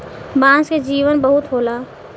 बांस के जीवन बहुत होला